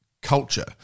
culture